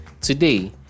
today